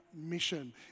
mission